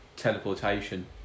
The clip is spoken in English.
teleportation